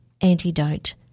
antidote